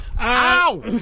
Ow